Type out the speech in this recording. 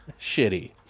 shitty